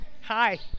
Hi